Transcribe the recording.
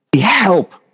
help